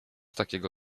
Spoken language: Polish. takiego